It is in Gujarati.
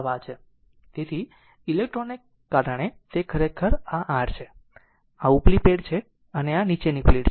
તેથી તે ઇલેક્ટ્રોન ને કારણે તે ખરેખર આ r છે આ ઉપલી પ્લેટ છે અને આ તે નીચેની પ્લેટ છે